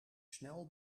snel